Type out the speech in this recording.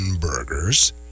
burgers